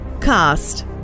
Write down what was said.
Cast